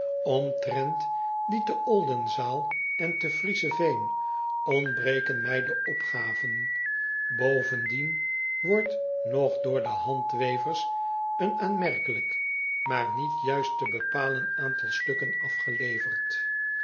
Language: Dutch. mtrent die te ldenzaal en te riezenveen ontbreken mij de opgaven ovendien wordt nog door de handwevers een aanmerkelijk maar niet juist te bepalen aantal stukken afgeleverd